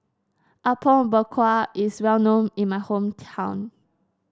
Apom Berkuah is well known in my hometown